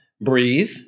breathe